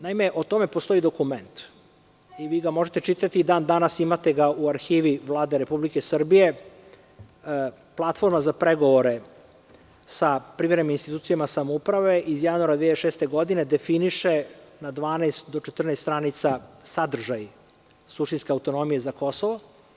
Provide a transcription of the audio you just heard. Naime, o tome postoji dokument i vi ga možete čitati i dan danas imate ga u arhivi Vlade Republike Srbije, Platforma za pregovore sa privremenim institucijama samouprave iz januara 2006. godine, definiše na 12 do 14 stranica sadržaj suštinske autonomije za Kosovo.